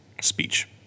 speech